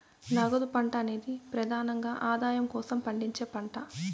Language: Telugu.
నగదు పంట అనేది ప్రెదానంగా ఆదాయం కోసం పండించే పంట